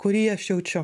kurį aš jaučiu